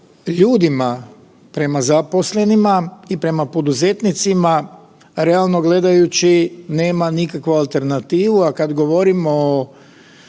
ljudima, prema zaposlenima i prema poduzetnicima realno gledajući nema nikakvu alternativu, a kad govorimo o